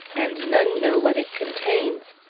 and none know what it contains.